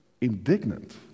indignant